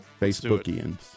Facebookians